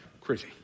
Crazy